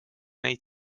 neid